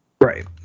right